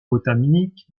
botanique